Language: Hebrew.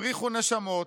הפריחו נשמות,